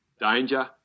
danger